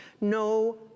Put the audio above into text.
no